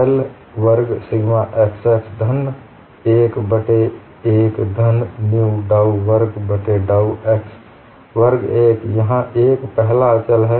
del वर्ग sigma xx धन 1 बट्टे 1 धन न्यु डाउ वर्ग बट्टे डाउ x वर्ग 1 यहाँ 1 पहला अचल है